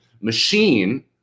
machine